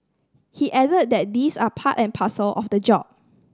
he added that these are part and parcel of the job